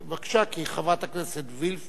כי חברת הכנסת וילף רוצה,